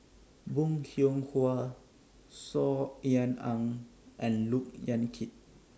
Bong Hiong Hwa Saw Ean Ang and Look Yan Kit